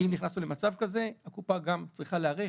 אם נכנסנו למצב כזה, הקופה גם צריכה להיערך